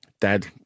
dad